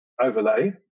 Overlay